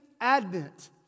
advent